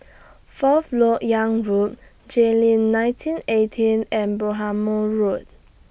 Fourth Lok Yang Road Jayleen nineteen eighteen and Bhamo Road